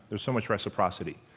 there's so much reciprocity.